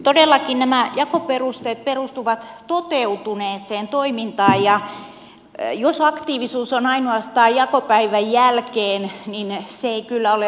todellakin nämä jakoperusteet perustuvat toteutuneeseen toimintaan ja jos aktiivisuus on ainoastaan jakopäivän jälkeen niin se ei kyllä ole riittävää